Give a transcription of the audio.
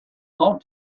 how